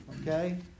Okay